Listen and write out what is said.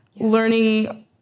Learning